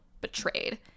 betrayed